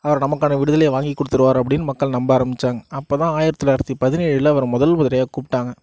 அவர் நமக்கான விடுதலையை வாங்கி கொடுத்துருவார் அப்படினு மக்கள் நம்ப ஆரம்பித்தாங்க அப்போ தான் ஆயிரத்தி தொள்ளாயிரத்தி பதினேழில் அவரை முதல் முறையாக கூப்பிடாங்க